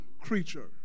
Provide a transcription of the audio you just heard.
creature